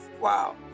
Wow